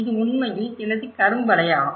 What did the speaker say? இது உண்மையில் எனது கரும்பலகையாகும்